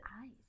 eyes